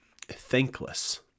thankless